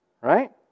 Right